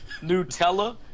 nutella